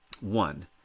one